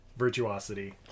virtuosity